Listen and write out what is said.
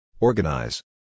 Organize